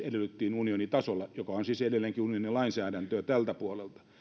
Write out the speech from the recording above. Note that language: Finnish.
edellytettiin unionitasolla ja se on siis edelleenkin unionin lainsäädäntöä tältä puolelta